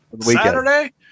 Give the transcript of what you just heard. Saturday